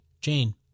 Jane